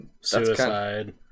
suicide